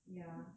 ya